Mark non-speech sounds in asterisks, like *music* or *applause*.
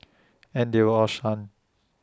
*noise* and they were all stunned